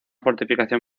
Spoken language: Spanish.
fortificación